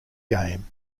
game